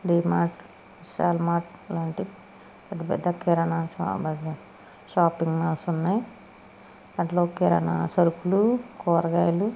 DMart Vishal Mart లాంటి పెద్ద పెద్ద కిరాణా షాపింగ్ మాల్స్ ఉన్నాయి అందులో కిరాణా సరుకులు కురగాయలు